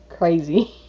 Crazy